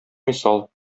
мисал